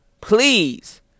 Please